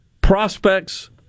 prospects